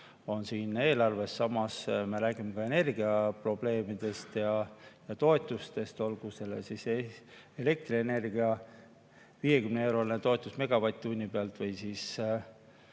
on siin eelarves sees. Samas, me räägime energiaprobleemidest ja ‑toetustest, olgu see elektrienergia 50‑eurone toetus megavatt-tunni pealt või